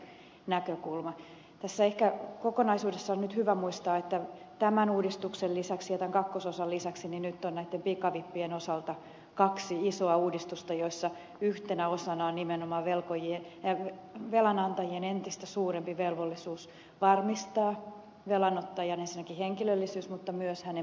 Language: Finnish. ehkä tässä kokonaisuudessa on nyt hyvä muistaa että tämän uudistuksen lisäksi ja tämän kakkososan lisäksi on nyt näitten pikavippien osalta kaksi isoa uudistusta joissa yhtenä osana on nimenomaan velanantajien entistä suurempi velvollisuus varmistaa ensinnäkin velanottajan henkilöllisyys mutta myös hänen maksukykynsä